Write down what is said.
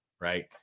right